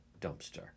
dumpster